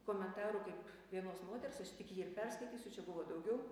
komentarų kaip vienos moters aš tik jį ir perskaitysiu čia buvo daugiau